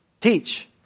Teach